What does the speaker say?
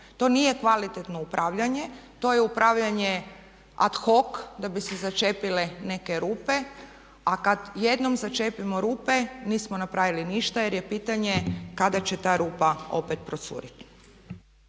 To nije kvalitetno upravljanje. To je upravljanje ad hoc da bi se začepile neke rupe. A kad jednom začepimo rupe nismo napravili ništa jer je pitanje kada će ta rupa opet procuriti.